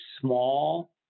small